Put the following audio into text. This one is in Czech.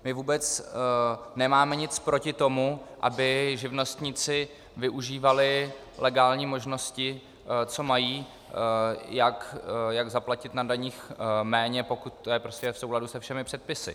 My vůbec nemáme nic proti tomu, aby živnostníci využívali legální možnosti, co mají, jak zaplatit na daních méně, pokud je to v souladu se všemi předpisy.